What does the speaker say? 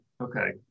okay